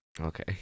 Okay